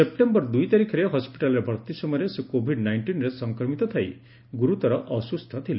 September ଦୁଇ ତାରିଖରେ ହସ୍ପିଟାଲରେ ଭର୍ତ୍ତି ସମୟରେ ସେ କୋଭିଡ ନାଇଷ୍ଟିନରେ ସଂକ୍ରମିତ ଥାଇ ଗୁରୁତର ଅସୁସ୍ଥ ଥିଲେ